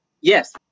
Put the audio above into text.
yes